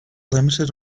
limited